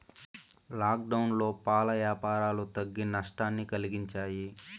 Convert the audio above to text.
లాక్డౌన్లో పాల యాపారాలు తగ్గి నట్టాన్ని కలిగించాయి